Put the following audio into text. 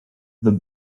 the